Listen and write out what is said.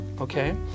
Okay